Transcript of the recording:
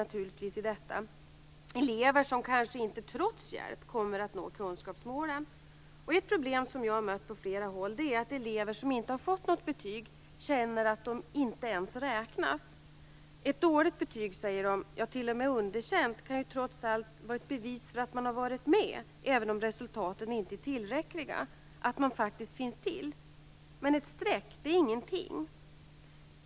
Det är elever som trots hjälp kanske inte kommer att nå kunskapsmålen. Ett problem som jag har mött på flera håll är att elever som inte har fått något betyg känner att de inte ens räknas. Ett dåligt betyg, säger de, ja, t.o.m. underkänt, kan trots allt vara ett bevis för att man har varit med och att man faktiskt finns till, även om resultaten inte är tillräckliga. Men ett streck är ingenting.